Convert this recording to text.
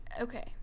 okay